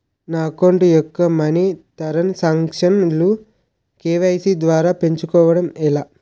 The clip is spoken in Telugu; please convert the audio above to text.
నా అకౌంట్ యెక్క మనీ తరణ్ సాంక్షన్ లు కే.వై.సీ ద్వారా పెంచుకోవడం ఎలా?